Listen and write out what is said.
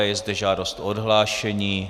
Je zde žádost o odhlášení.